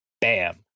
bam